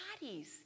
bodies